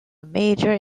major